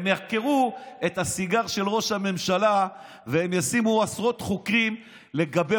הם יחקרו את הסיגר של ראש הממשלה והם ישימו עשרות חוקים לגבי